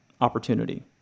opportunity